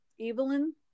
Evelyn